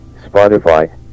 Spotify